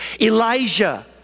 Elijah